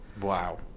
wow